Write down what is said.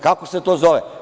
Kako se to zove?